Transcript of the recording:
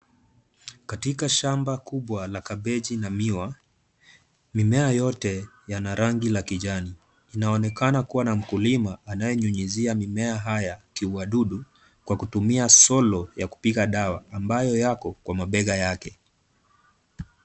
Katika shamba kubwa la kabeji na miwa, mimea yote ina rangi ya kijani, inaonekana kuwa na mkulima anayenyunyuzia mimea hii kiua wadudu kwa kutumia solo ya kupiga dawa ambayo iko kwa mabega yake.